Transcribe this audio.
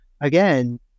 again